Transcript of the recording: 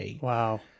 Wow